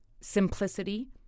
simplicity